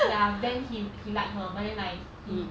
ya then he he like her but then like he